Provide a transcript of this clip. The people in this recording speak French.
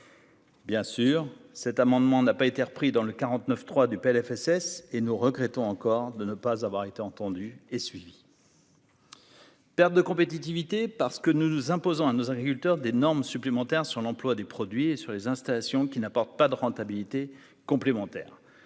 Bien sûr, cet amendement n'a pas été repris dans le 49 3 du PLFSS et nous regrettons encore de ne pas avoir été entendue et suivie. Perte de compétitivité parce que nous nous imposons à nos agriculteurs, des normes supplémentaire sur l'emploi des produits et sur les installations qui n'apporte pas de rentabilité complémentaires,